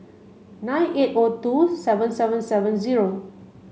nine eight O two seven seven seven zero